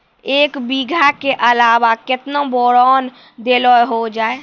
एक बीघा के अलावा केतना बोरान देलो हो जाए?